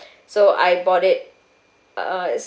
so I bought it uh it's